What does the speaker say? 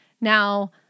Now